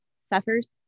suffers